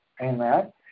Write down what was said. Amen